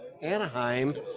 Anaheim